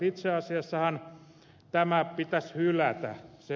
itse asiassahan tämä pitäisi hylätä